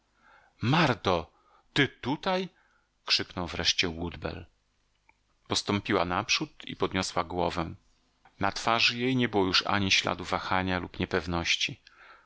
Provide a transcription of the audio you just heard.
marto ty tutaj krzyknął wreszcie woodbell postąpiła naprzód i podniosła głowę na twarzy jej nie było już ani śladu wahania lub niepewności